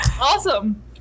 awesome